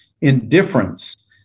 indifference